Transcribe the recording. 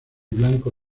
blanco